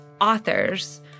authors